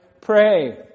pray